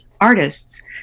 artists